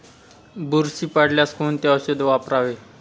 बुरशी पडल्यास कोणते औषध वापरावे?